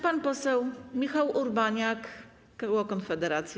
Pan poseł Michał Urbaniak, koło Konfederacja.